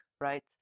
right